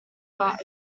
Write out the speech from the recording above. but